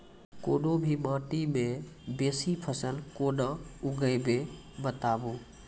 कूनू भी माटि मे बेसी फसल कूना उगैबै, बताबू?